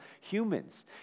humans